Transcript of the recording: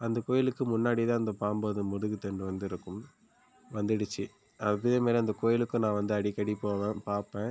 அந்தக் கோயிலுக்கு முன்னாடி தான் அந்த பாம்போடய முதுகுத் தண்டு வந்து இருக்கும் வந்துடுச்சு அதே மாதிரி அந்த கோவிலுக்கு நான் வந்து அடிக்கடி போவேன் பார்ப்பேன்